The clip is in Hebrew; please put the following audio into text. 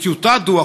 בטיוטת דוח,